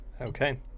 Okay